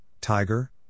tiger